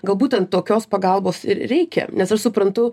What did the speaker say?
gal būtent tokios pagalbos ir reikia nes aš suprantu